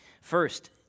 First